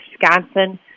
Wisconsin